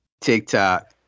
TikTok